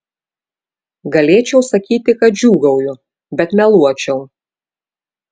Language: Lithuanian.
galėčiau sakyti kad džiūgauju bet meluočiau